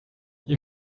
you